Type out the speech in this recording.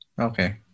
okay